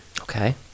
Okay